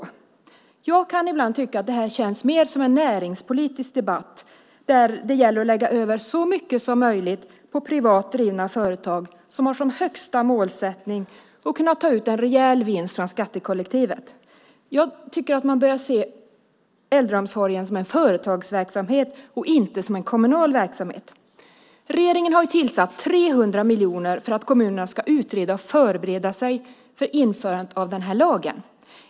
Ibland kan jag känna att det här mer är en näringspolitisk debatt där det gäller att lägga över så mycket som möjligt på privat drivna företag som har som sitt högsta mål att kunna ta ut en rejäl vinst från skattekollektivet. Jag tycker att man börjar se äldreomsorgen som en företagsverksamhet, inte som en kommunal verksamhet. Regeringen har avsatt 300 miljoner till kommunerna så att de kan utreda och förbereda sig inför införandet av den här lagen.